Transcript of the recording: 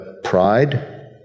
Pride